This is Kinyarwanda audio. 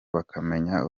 bakamenya